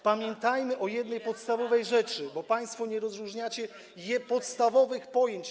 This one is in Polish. Pamiętajmy o jednej, podstawowej rzeczy, bo państwo nie rozróżniacie podstawowych pojęć.